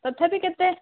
ତଥାପି କେତେ